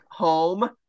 home